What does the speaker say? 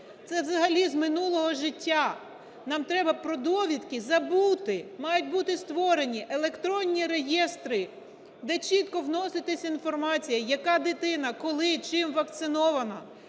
це взагалі з минулого життя. Нам треба про довідки забути. Мають бути створені електронні реєстри, де чітко вноситься інформація, яка дитина коли, чим вакцинована,